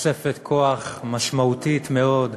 תוספת כוח משמעותית מאוד,